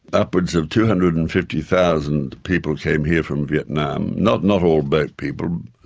upwards of two hundred and fifty thousand people came here from vietnam, not not all boat people,